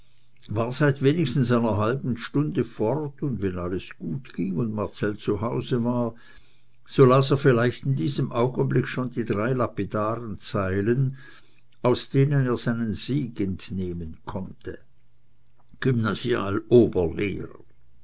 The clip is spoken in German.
war seit wenigstens einer halben stunde fort und wenn alles gut ging und marcell zu hause war so las er vielleicht in diesem augenblicke schon die drei lapidaren zeilen aus denen er seinen sieg entnehmen konnte